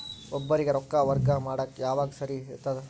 ಒಬ್ಬರಿಗ ರೊಕ್ಕ ವರ್ಗಾ ಮಾಡಾಕ್ ಯಾವಾಗ ಸರಿ ಇರ್ತದ್?